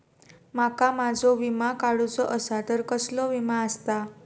माका माझो विमा काडुचो असा तर कसलो विमा आस्ता?